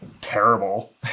terrible